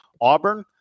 Auburn